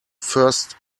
first